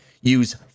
Use